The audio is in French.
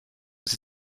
aux